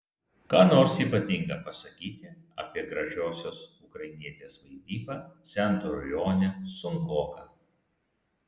ką nors ypatinga pasakyti apie gražiosios ukrainietės vaidybą centurione sunkoka